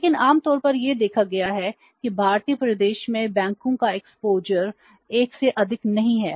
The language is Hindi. लेकिन आम तौर पर यह देखा गया है कि भारतीय परिदृश्य में बैंकों का एक्सपोज़र का 10 से अधिक नहीं है